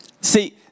See